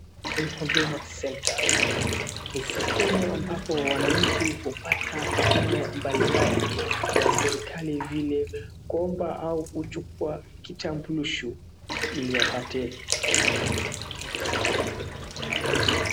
Huduma centre ni sehemu ambapo wananchi hupata huduma mbalimbali, za serikali kama vile kuomba au kuchukua kitambulisho ili wapate.